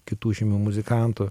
kitų žymių muzikantų